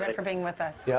but for being with us. yeah.